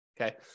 Okay